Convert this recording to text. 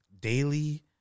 daily